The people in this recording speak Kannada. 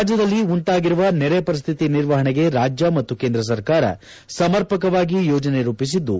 ರಾಜ್ಯದಲ್ಲಿ ಉಂಟಾಗಿರುವ ನೆರೆ ಪರಿಸ್ಥಿತಿ ನಿರ್ವಹಣೆಗೆ ರಾಜ್ಯ ಮತ್ತು ಕೇಂದ್ರ ಸರ್ಕಾರ ಸಮರ್ಪಕವಾಗಿ ಯೋಜನೆ ರೂಪಿಸಿದ್ದು